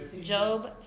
Job